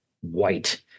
white